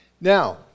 Now